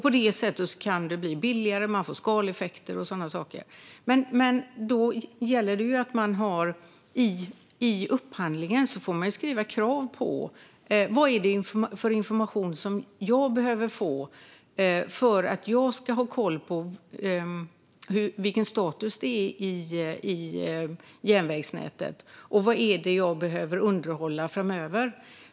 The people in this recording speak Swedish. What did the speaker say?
På det sättet kan det bli billigare. Man får skaleffekter och sådana saker. Men då gäller det att man i upphandlingen skriver ned krav. Vad är det för information som jag behöver få för att jag ska ha koll på vilken status det är i järnvägsnätet, och vad är det jag behöver underhålla framöver?